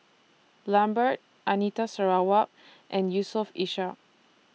Lambert Anita Sarawak and Yusof Ishak